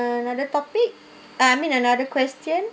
another topic I mean another question